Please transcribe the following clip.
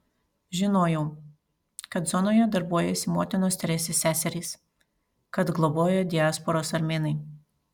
žinojau kad zonoje darbuojasi motinos teresės seserys kad globoja diasporos armėnai